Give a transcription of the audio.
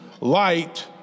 light